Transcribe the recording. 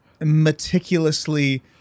meticulously